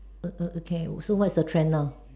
err err okay so what's your trend now